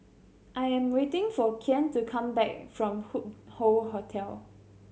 I am waiting for Kian to come back from Hup Hoe Hotel